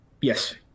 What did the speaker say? Yes